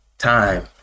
Time